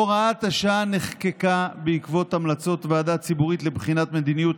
הוראת השעה נחקקה בעקבות המלצות הוועדה הציבורית לבחינת מדיניות